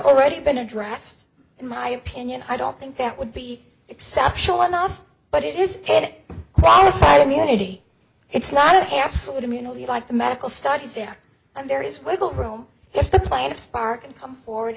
already been addressed in my opinion i don't think that would be exceptional enough but it is and it qualified immunity it's not absolute immunity like the medical studies here and there is wiggle room if the plaintiff spark and come forward